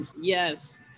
yes